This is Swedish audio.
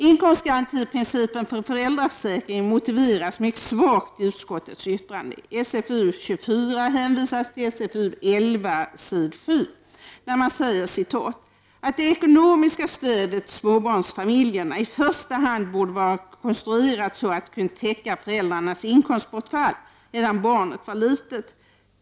Inkomstgarantiprincipen för föräldraförsäkringen motiveras mycket svagt i utskottets yttranden. I SfU24 hänvisas till SfU11 s. 7 där man säger ”att det ekonomiska stödet till småbarnsfamiljerna i första hand borde vara konstruerat så att det kunde täcka föräldrarnas inkomstbortfall medan barnet var litet.